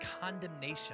condemnation